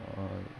on